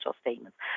statements